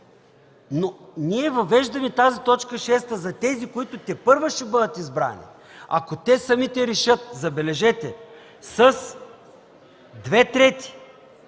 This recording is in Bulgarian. Но ние въвеждаме тази т. 6 за тези, които тепърва ще бъдат избрани. Ако те самите решат, забележете, с две трети,